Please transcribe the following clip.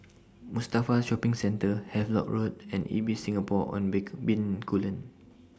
Mustafa Shopping Centre Havelock Road and Ibis Singapore on Bencoolen